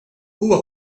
huwa